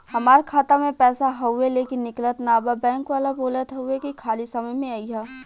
हमार खाता में पैसा हवुवे लेकिन निकलत ना बा बैंक वाला बोलत हऊवे की खाली समय में अईहा